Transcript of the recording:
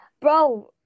Bro